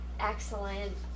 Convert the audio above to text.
Excellent